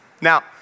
Now